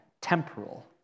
temporal